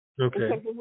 Okay